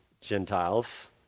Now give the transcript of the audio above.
Gentiles